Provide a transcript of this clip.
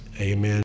Amen